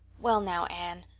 well now, anne,